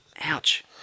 Ouch